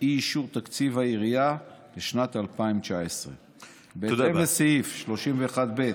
אי-אישור תקציב העירייה לשנת 2019. בהתאם לסעיף 31(ב)